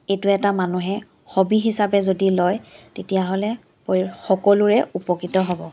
এইটো এটা মানুহে হবী হিচাপে যদি লয় তেতিয়াহ'লে সকলোৰে উপকৃত হ'ব